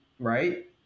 right